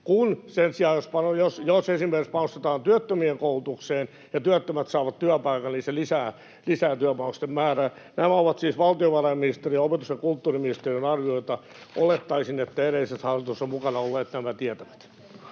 Sen sijaan, jos esimerkiksi panostetaan työttömien koulutukseen ja työttömät saavat työpaikan, se lisää työpanosten määrää. Nämä ovat siis valtiovarainministeriön ja opetus- ja kulttuuriministeriön arvioita. Olettaisin, että edellisessä hallituksessa mukana olleet nämä tietävät.